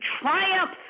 triumph